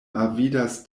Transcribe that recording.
avidas